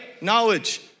Knowledge